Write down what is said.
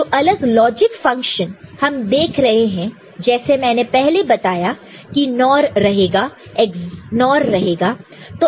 जो अलग logic function हम देख रहे हैं जैसे मैंने पहले बताया की NOR रहेगा EXNOR रहेगा